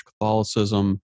Catholicism